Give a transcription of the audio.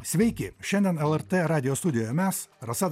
sveiki šiandien lrt radijo studijoje mes rasa